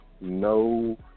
no